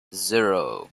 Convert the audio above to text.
zero